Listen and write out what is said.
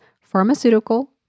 pharmaceutical